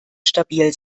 stabil